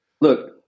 Look